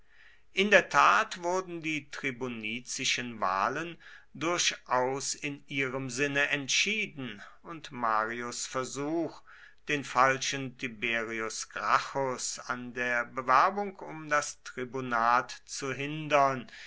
in der tat wurden die tribunizischen wahlen durchaus in ihrem sinne entschieden und marius versuch den falschen tiberius gracchus an der bewerbung um das tribunat zu hindern